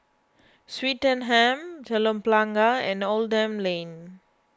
Swettenham Telok Blangah and Oldham Lane